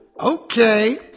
okay